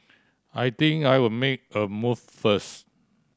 I think I'll make a move first